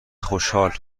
خوشحال